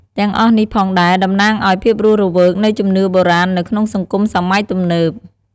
ទាំងអស់នេះផងដែរតំណាងឱ្យភាពរស់រវើកនៃជំនឿបុរាណនៅក្នុងសង្គមសម័យទំនើប។